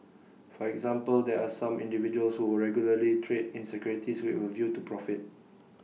for example there are some individuals who regularly trade in securities with A view to profit